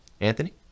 Anthony